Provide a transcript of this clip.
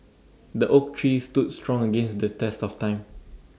the oak tree stood strong against the test of time